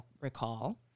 recall